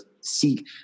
seek